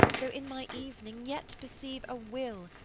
though in my evening, yet perceive a will,